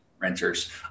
renters